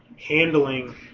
handling